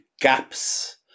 gaps